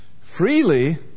Freely